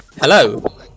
Hello